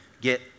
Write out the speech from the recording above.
get